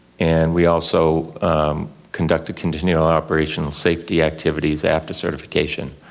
and we also conduct continued operational safety activities after certification.